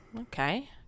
okay